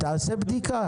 תעשה בדיקה.